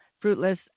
fruitless